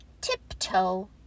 tiptoe